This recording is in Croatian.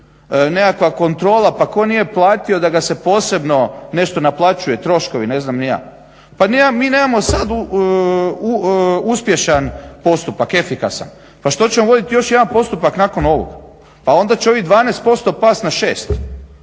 nekakva kontrola pa tko nije platio da ga se posebno nešto naplaćuje troškovi ne znam ni ja. Pa mi nemamo sada efikasan postupak, pa što ćemo voditi još jedan postupak nakon ovoga, pa onda će ovih 12% pasti na 65,